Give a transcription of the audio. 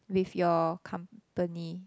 with your company